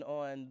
on